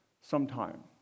sometime